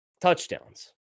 touchdowns